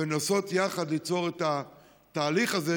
ולנסות יחד ליצור את התהליך הזה,